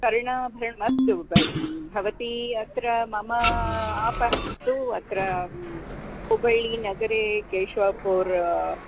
कर्णाभरणम् अस्तु भगिनि भवती अत्र मम आपस्तु अत्र हुबळिनगरे केशवपूर्